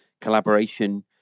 collaboration